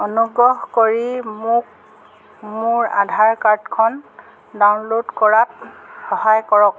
অনুগ্ৰহ কৰি মোক মোৰ আধাৰ কাৰ্ডখন ডাউনল'ড কৰাত সহায় কৰক